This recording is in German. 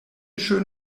schön